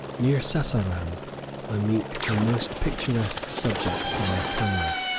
near sassaram i meet a most picturesque subject for my camera,